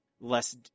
less